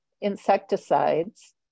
insecticides